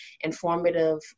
informative